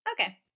Okay